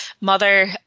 mother